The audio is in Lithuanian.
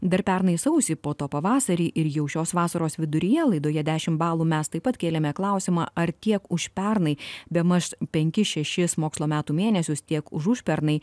dar pernai sausį po to pavasarį ir jau šios vasaros viduryje laidoje dešimt balų mes taip pat kėlėme klausimą ar tiek už pernai bemaž penkis šešis mokslo metų mėnesius tiek užužpernai